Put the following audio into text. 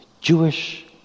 Jewish